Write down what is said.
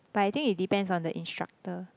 but I think it depends on the instructor